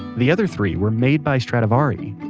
the other three were made by stradivari.